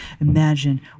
imagine